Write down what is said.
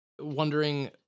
wondering